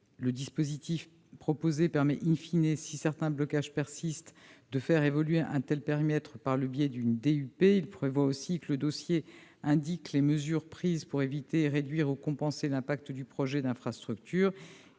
Le dispositif proposé permet,, et si certains blocages persistent, de faire évoluer un tel périmètre par le biais d'une DUP. Il prévoit aussi que le dossier indique les mesures prises pour éviter, réduire ou compenser l'effet du projet d'infrastructure.